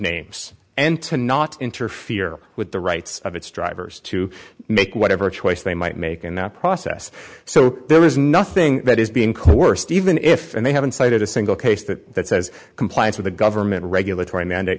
names and to not interfere with the rights of its drivers to make whatever choice they might make in that process so there is nothing that is being coerced even if they haven't cited a single case that says compliance with a government regulatory mandate